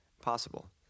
possible